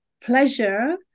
pleasure